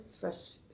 first